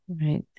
Right